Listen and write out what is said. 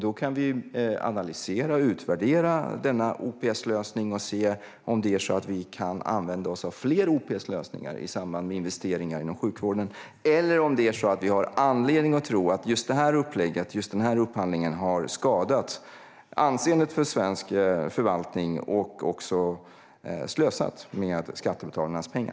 Då kan vi analysera och utvärdera denna OPS-lösning och se om vi kan använda oss av fler sådana lösningar i samband med investeringar inom sjukvården eller om vi har anledning att tro att just det här upplägget i just den här upphandlingen har skadat anseendet för svensk förvaltning och också slösat med skattebetalarnas pengar.